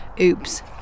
oops